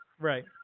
Right